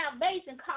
salvation